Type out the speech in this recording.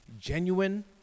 genuine